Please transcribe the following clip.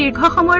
ah couple ah